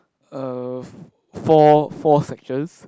uh four four sections